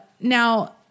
Now